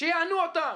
שיענו אותם,